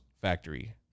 factory